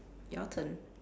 your turn